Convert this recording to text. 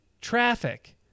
traffic